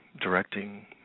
directing